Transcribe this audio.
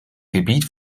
gebiet